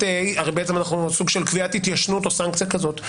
--- הרי בעצם אנחנו סוג של קביעת התיישנות או סנקציה כזאת.